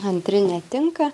antri netinka